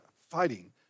fighting